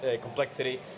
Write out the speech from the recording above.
complexity